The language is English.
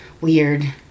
weird